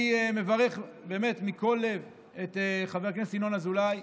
אני מברך מכל לב את חבר הכנסת ינון אזולאי,